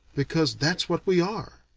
because that's what we are.